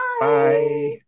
Bye